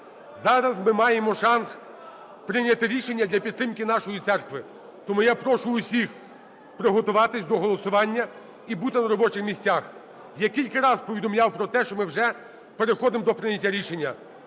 Зараз ми маємо шанс прийняти рішення для підтримки нашої церкви. Тому я прошу всіх приготуватись до голосування і бути на робочих місцях. Я кілька разів повідомляв про те, що ми вже переходимо до прийняття рішення.